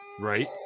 Right